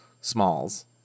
Smalls